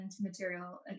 material